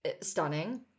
Stunning